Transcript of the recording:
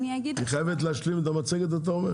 היא חייבת להשלים את המצגת, אתה אומר?